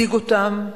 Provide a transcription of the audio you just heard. הציג אותם,